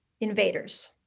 invaders